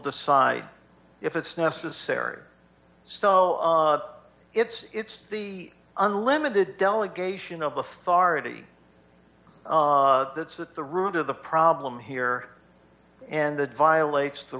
decide if it's necessary so it's it's the unlimited delegation of authority that's at the root of the problem here and that violates the